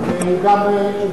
לחקיקה.